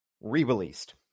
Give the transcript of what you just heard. re-released